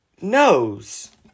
nose